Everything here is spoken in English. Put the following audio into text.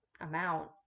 amount